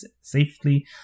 safely